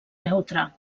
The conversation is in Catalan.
neutre